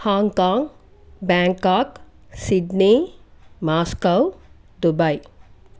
Hong Kong Bangkok Sydney Moscow Dubai